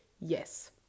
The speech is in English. Yes